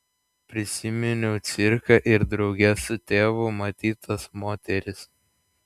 prisiminiau cirką ir drauge su tėvu matytas moteris